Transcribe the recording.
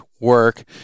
work